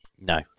No